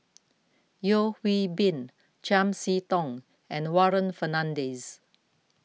Yeo Hwee Bin Chiam See Tong and Warren Fernandez